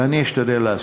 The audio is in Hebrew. ואני אשתדל לעשות.